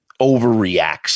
overreacts